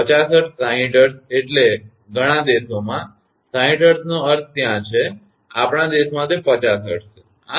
50 hertz 60 hertz એટલે ઘણા દેશોમાં 60 hertz નો અર્થ ત્યાં છે આપણા દેશમાં તે 50 hertz છે